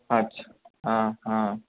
अच्छा हँ हँ